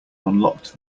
unlocked